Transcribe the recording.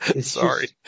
sorry